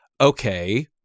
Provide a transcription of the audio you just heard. okay